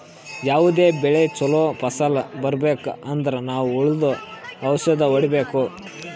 ಯಾವದೇ ಬೆಳಿ ಚೊಲೋ ಫಸಲ್ ಬರ್ಬೆಕ್ ಅಂದ್ರ ನಾವ್ ಹುಳ್ದು ಔಷಧ್ ಹೊಡಿಬೇಕು